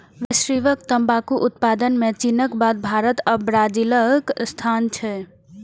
वैश्विक तंबाकू उत्पादन मे चीनक बाद भारत आ ब्राजीलक स्थान छै